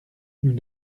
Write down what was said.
nous